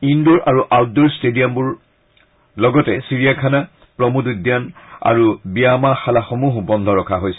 in ডোৰ আৰু outdoor ট্টেডিয়ামৰ লগতে চিৰিয়াখানা প্ৰমোদ উদ্যান আৰু ব্যায়ামশালাসমূহো বন্ধ ৰখা হৈছে